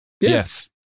Yes